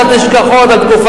להזכיר לך קצת נשכחות על תקופתך,